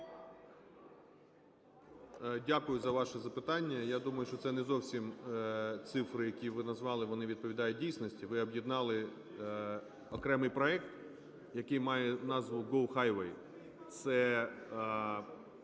Дякую за ваше запитання. Я думаю, що це не зовсім цифри, які ви назвали, вони відповідають дійсності. Ви об'єднали окремий проект, який має назву GO Highway.